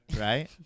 right